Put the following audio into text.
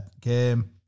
game